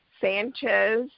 Sanchez